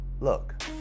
look